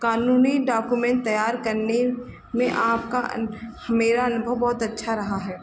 कानूनी डॉक्यूमेन्ट तैयार करने में आपका अनु मेरा अनुभव बहुत अच्छा रहा है